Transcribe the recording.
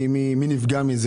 מי נפגע?